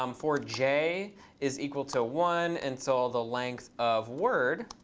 um for j is equal to one, and so the length of word